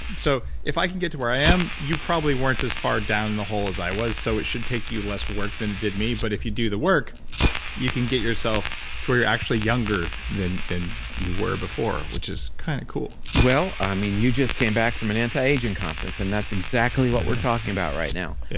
so if i can get to where i am, you probably weren't as far down the hole as i was. so it should take you less work than it did me, but if you do the work you can get yourself to where you're actually younger than than you were before which is kind of cool well, i mean you just came back from an anti-aging conference and that's exactly what we're talking about right now. yeah